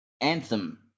Anthem